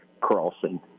crossing